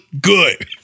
good